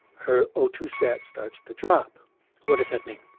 her o two set starts to drop what does that mean?